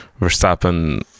Verstappen